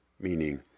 Meaning